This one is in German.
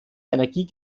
energie